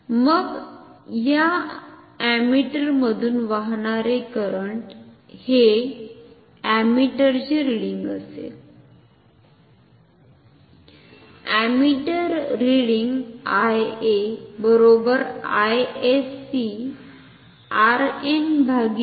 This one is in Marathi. मग या अमीटरमधून वाहणारे करंट हे अमीटरचे रिडिंग असेल